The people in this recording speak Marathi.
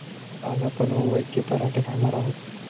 आज आपण ओव्याचे पराठे खाणार आहोत